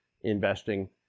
Investing